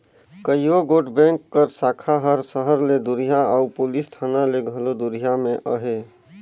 कइयो गोट बेंक कर साखा हर सहर ले दुरिहां अउ पुलिस थाना ले घलो दुरिहां में अहे